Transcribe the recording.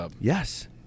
Yes